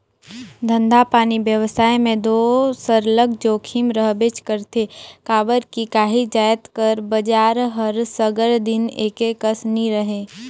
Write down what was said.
धंधापानी बेवसाय में दो सरलग जोखिम रहबेच करथे काबर कि काही जाएत कर बजार हर सगर दिन एके कस नी रहें